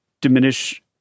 diminish